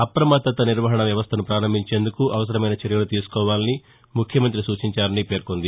అభ్రమత్తత నిర్వహణ వ్యవస్థను పారంభించేందుకు అవసరమైన చర్యలు తీసుకోవాలని ముఖ్యమంతి సూచించారని పేర్కొంది